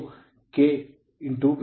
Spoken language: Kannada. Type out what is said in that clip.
4 angle 1